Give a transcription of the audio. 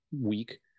week